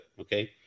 okay